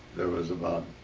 there was about